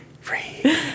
free